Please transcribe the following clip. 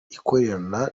ikorana